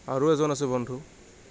আৰু এজন আছে বন্ধু